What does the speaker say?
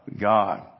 God